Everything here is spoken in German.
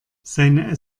seine